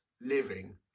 living